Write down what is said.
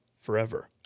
forever